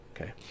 Okay